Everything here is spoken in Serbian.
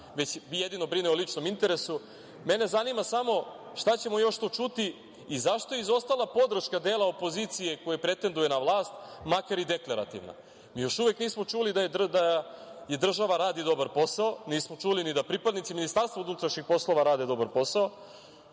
već jedino brine o ličnom interesu, mene zanima samo šta ćemo još to čuti i zašto je izostala podrška dela opozicije koja pretenduje na vlast, makar i deklarativna? Mi još uvek nismo čuli da država radi dobar posao, nismo čuli ni da pripadnici MUP-a rade dobar posao,